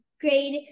grade